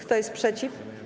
Kto jest przeciw?